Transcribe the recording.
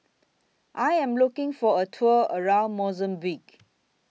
I Am looking For A Tour around Mozambique